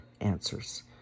answers